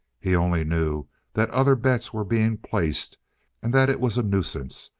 he only knew that other bets were being placed and that it was a nuisance,